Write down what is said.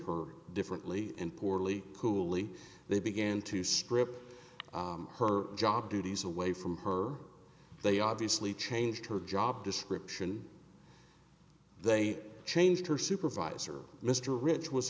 her differently and poorly coolly they began to strip her job duties away from her they obviously changed her job description they changed her supervisor mr rich was